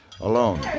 Alone